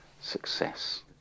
success